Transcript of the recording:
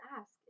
ask